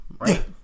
right